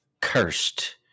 cursed